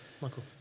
Michael